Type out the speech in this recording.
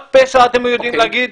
רק פשע אתם יודעים לומר?